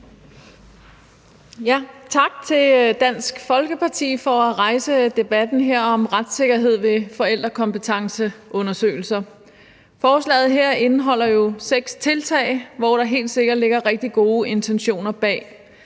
tak til Dansk Folkeparti for at rejse debatten her om retssikkerhed ved forældrekompetenceundersøgelser. Forslaget her indeholder jo seks tiltag, hvor der helt sikkert ligger rigtig gode intentioner bag,